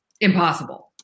impossible